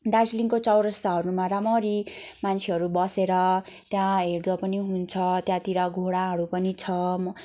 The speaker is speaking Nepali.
दार्जिलिङको चौरस्ताहरूमा राम्ररी मान्छेहरू बसेर त्यहाँ हेर्दपनि हुन्छ त्यहाँतिर घोडाहरू पनि छ म